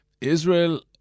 Israel